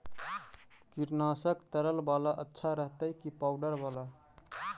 कीटनाशक तरल बाला अच्छा रहतै कि पाउडर बाला?